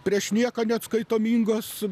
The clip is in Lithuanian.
prieš nieką neatskaitomingos